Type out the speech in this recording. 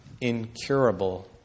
incurable